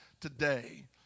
today